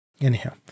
Anyhow